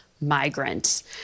migrants